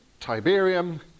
Tiberium